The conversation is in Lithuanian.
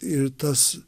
ir tas